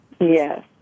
yes